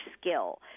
skill